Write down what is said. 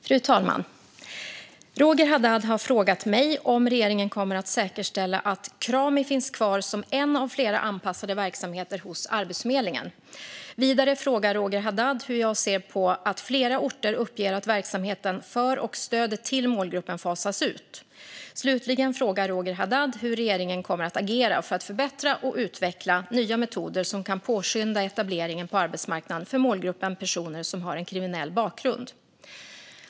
Fru talman! har frågat mig om regeringen kommer att säkerställa att Krami finns kvar som en av flera anpassade verksamheter hos Arbetsförmedlingen. Vidare frågar Roger Haddad hur jag ser på att flera orter uppger att verksamheten för och stödet till målgruppen fasas ut. Slutligen frågar Roger Haddad hur regeringen kommer att agera för att förbättra och utveckla nya metoder som kan påskynda etableringen på arbetsmarknaden för målgruppen personer som har en kriminell bakgrund.